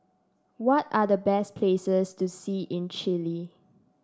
what are the best places to see in Chile